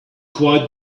quite